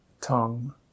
tongue